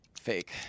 Fake